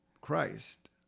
Christ